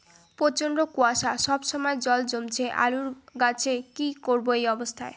প্রচন্ড কুয়াশা সবসময় জল জমছে আলুর গাছে কি করব এই অবস্থায়?